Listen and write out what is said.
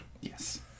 Yes